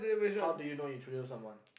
how do you know you chosen someone